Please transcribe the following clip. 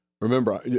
Remember